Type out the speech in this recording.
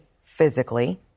physically